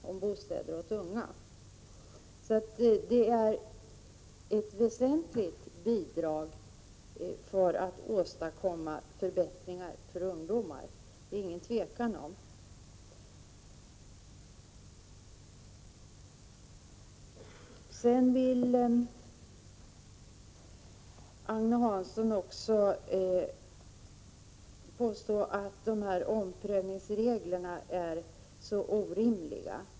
Att bostadsbidragen är av väsentlig betydelse för åstadkommande av förbättringar för ungdomar är det alltså inget tvivel om. Agne Hansson vill också påstå att omprövningsreglerna är orimliga.